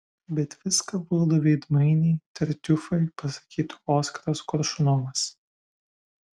bet viską valdo veidmainiai tartiufai pasakytų oskaras koršunovas